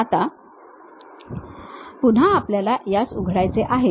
आता पुन्हा आपल्याला यास उघडायचे आहे